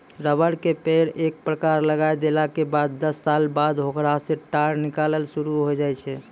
rubber के पेड़ एक बार लगाय देला के बाद दस साल बाद होकरा सॅ टार निकालना शुरू होय जाय छै